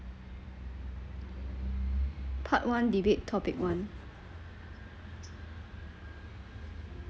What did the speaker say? part one debate topic one